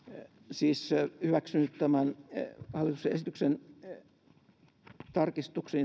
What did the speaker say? siis hyväksynyt tämän hallituksen esityksen tarkistuksin